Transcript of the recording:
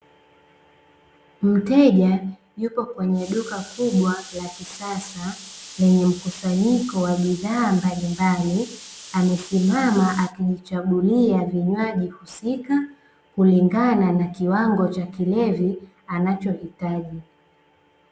Mteja yupo kwenye duka kubwa la kisasa lenye mkusanyiko wa bidhaa mbalimbali, amesimama akijichagulia vinywaji husika kulingana na kiwango Cha kilevi anachohitaji .